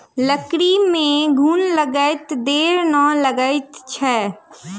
लकड़ी में घुन लगैत देर नै लगैत अछि